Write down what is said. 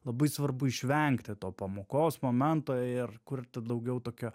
labai svarbu išvengti to pamokos momento ir kurti daugiau tokio